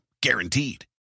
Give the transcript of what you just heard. Guaranteed